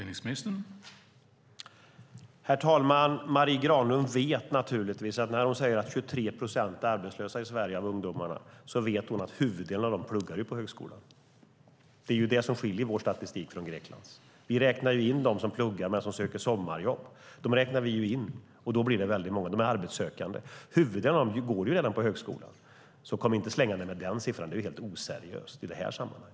Herr talman! När Marie Granlund säger att 23 procent av ungdomarna i Sverige är arbetslösa vet hon naturligtvis att huvuddelen av dem pluggar på högskolan. Det är det som skiljer vår statistik från Greklands. Vi räknar in dem som pluggar men som söker sommarjobb, och då blir det väldigt många. De är arbetssökande, men huvuddelen av dem går redan på högskolan. Kom inte slängande med den siffran, för det är helt oseriöst i detta sammanhang.